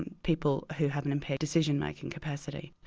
and people who have an impaired decision-making capacity.